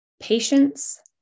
patience